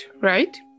right